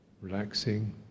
relaxing